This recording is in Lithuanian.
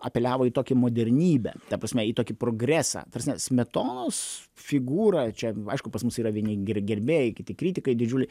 apeliavo į tokį modernybę ta prasme į tokį progresą ta prasme smetonos figūra čia aišku pas mus yra vieni ge gerbėjai kiti kritikai didžiuliai